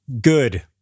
Good